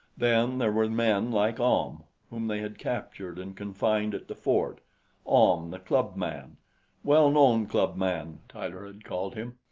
then there were men like ahm, whom they had captured and confined at the fort ahm, the club-man. well-known club-man, tyler had called him.